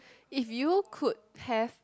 if you could have